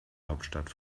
hauptstadt